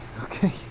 okay